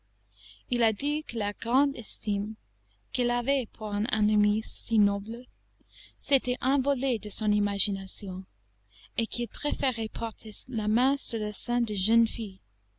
il a dit que la grande estime qu'il avait pour un ennemi si noble s'était envolée de son imagination et qu'il préférait porter la main sur le sein d'une jeune fille